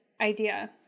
idea